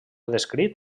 descrit